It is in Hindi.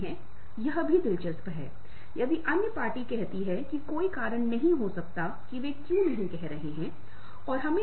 बाल देखभाल महिलाओं द्वारा किया जाता है यह पुरुष सदस्यों द्वारा भी किया जाता है